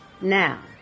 Now